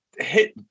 hit